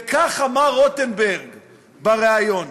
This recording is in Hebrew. וכך אמר רוטנברג בריאיון: